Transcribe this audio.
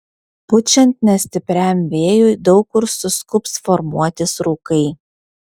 pučiant nestipriam vėjui daug kur suskubs formuotis rūkai